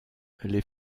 les